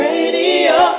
Radio